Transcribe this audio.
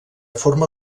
forma